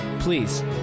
Please